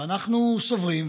ואנחנו סוברים,